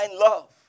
love